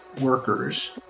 workers